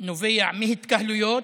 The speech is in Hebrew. נובע מהתקהלויות,